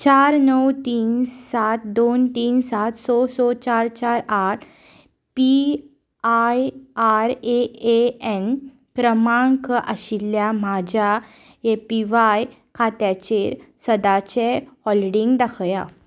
चार णव तीन सात दोन तीन सात स स चार चार आठ P I R A A N क्रमांक आशिल्ल्या म्हज्या ए पी वाय खात्याचेर सदांचें होलडींग दाखया